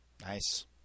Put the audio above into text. nice